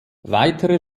weitere